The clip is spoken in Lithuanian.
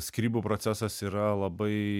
skyrybų procesas yra labai